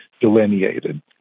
delineated